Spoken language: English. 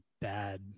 bad